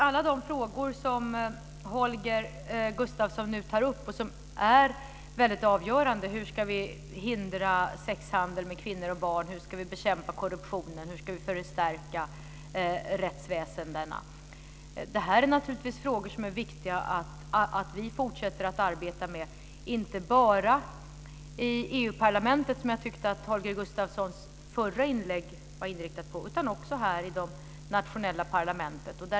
Alla de frågor som Holger Gustafsson nu tar upp och som är avgörande - hur vi ska hindra sexhandel med kvinnor och barn, hur vi ska bekämpa korruptionen och hur vi ska stärka rättsväsendena - är naturligtvis viktiga att vi fortsätter att arbeta med. Det ska inte bara ske i EU-parlamentet, vilket jag tyckte att Holger Gustafssons förra inlägg var inriktat på, utan också här i det nationella parlamentet.